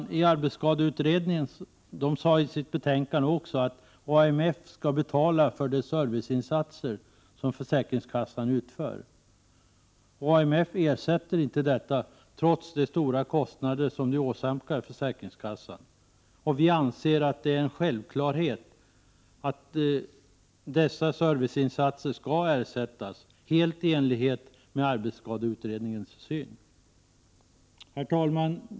Man skriver i arbetsskadeutredningens betänkande att AMF skall betala för de serviceinsatser som försäkringskassan utför. AMF ersätter inte dessa, trots de stora kostnader som de åsamkar försäkringskassan. Vi i folkpartiet anser att det är en självklarhet att dessa serviceinsatser skall ersättas helt i enlighet med den syn man har i arbetsskadeutredningen. Herr talman!